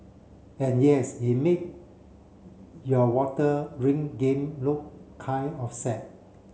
and yes he made your water ring game look kind of sad